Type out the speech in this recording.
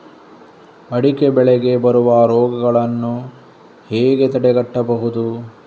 ಅಡಿಕೆ ಬೆಳೆಗೆ ಬರುವ ರೋಗಗಳನ್ನು ಹೇಗೆ ತಡೆಗಟ್ಟಬಹುದು?